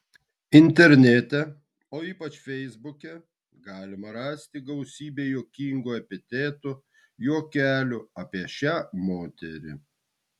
internete o ypač feisbuke galima rasti gausybę juokingų epitetų juokelių apie šią moterį